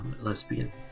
lesbian